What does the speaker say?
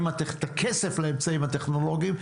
את הכסף לאמצעים הטכנולוגיים,